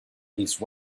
least